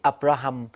Abraham